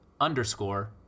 underscore